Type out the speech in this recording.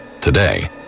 Today